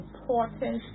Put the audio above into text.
important